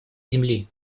земли